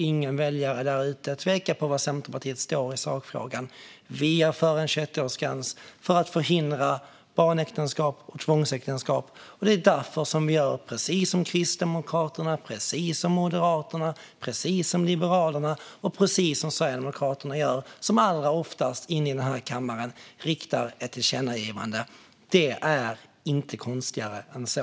Ingen väljare ska tveka om var Centerpartiet står i sakfrågan. Vi är för en 21-årsgräns för att förhindra barnäktenskap och tvångsäktenskap. Det är därför vi gör precis som Kristdemokraterna, Moderaterna, Liberalerna och Sverigedemokraterna oftast gör i kammaren, nämligen riktar ett tillkännagivande. Det är inte konstigare än så.